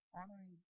honoring